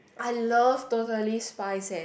I love Totally Spies eh